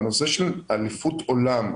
בנושא של אליפות עולם,